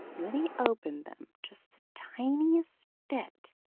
then he opened them just the tiniest bit,